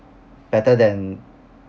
better than